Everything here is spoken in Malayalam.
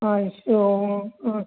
അയ്യോ ആഹ്